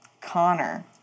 Connor